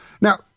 Now